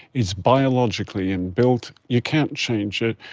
it's biologically inbuilt, you can't change it.